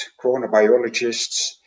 chronobiologists